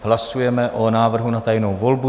Hlasujeme o návrhu na tajnou volbu.